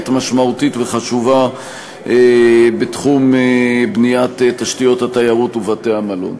משמעותית וחשובה בתחום בניית תשתיות התיירות ובתי-המלון.